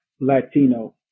Latino